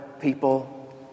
people